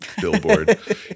billboard